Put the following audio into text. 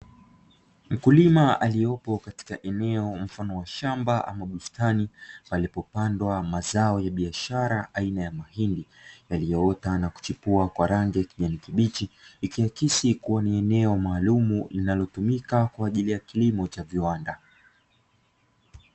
Mkulima aliyepo katika eneo mfano wa shamba ama bustani, palipopandwa mazao ya biashara aina ya mahindi, yaliyoota na kuchipua kwa rangi ya kijani kibichi, ikiakisi kuwa ni eneo maalumu linalotumika kwa ajili ya kilimo cha viwanda.